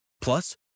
Plus